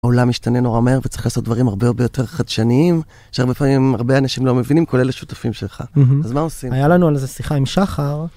העולם משתנה נורא מהר, וצריך לעשות דברים הרבה הרבה יותר חדשניים, שהרבה פעמים הרבה אנשים לא מבינים, כולל השותפים שלך. אז מה עושים? היה לנו על זה שיחה עם שחר.